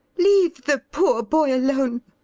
leave the poor boy alone.